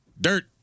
Dirt